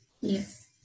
Yes